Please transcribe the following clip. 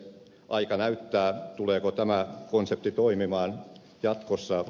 aika näyttää tuleeko tämä konsepti toimimaan jatkossa